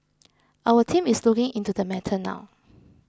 our team is looking into the matter now